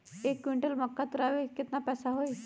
एक क्विंटल मक्का तुरावे के केतना पैसा होई?